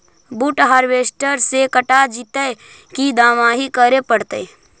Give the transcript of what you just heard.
बुट हारबेसटर से कटा जितै कि दमाहि करे पडतै?